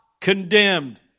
condemned